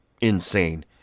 insane